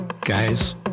Guys